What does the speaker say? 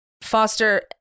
Foster